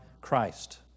Christ